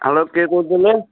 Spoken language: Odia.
ହ୍ୟାଲୋ କିଏ କହୁଥିଲେ